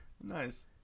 Nice